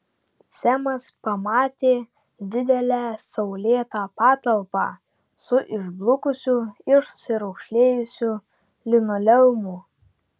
semas pamatė didelę saulėtą patalpą su išblukusiu ir susiraukšlėjusiu linoleumu